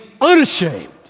unashamed